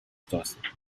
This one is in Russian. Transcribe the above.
ситуаций